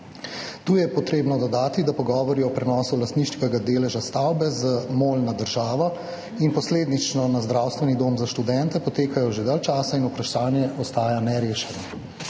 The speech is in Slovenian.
Tu je potrebno dodati, da pogovori o prenosu lastniškega deleža stavbe z MOL na državo in posledično na Zdravstveni dom za študente potekajo že dalj časa in vprašanje ostaja nerešeno.